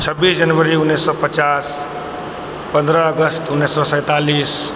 छब्बीस जनवरी उन्नैस सए पचास पन्द्रह अगस्त उन्नैस सए सैंतालिस